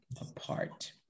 apart